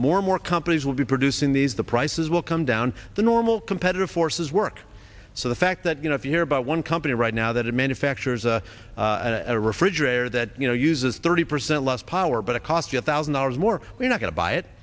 more and more companies will be producing these the prices will come down the normal competitive forces work so the fact that you know if you hear about one company right now that it manufactures a refrigerator that you know uses thirty percent less power but it costs you a thousand dollars more we're not going to buy it